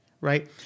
Right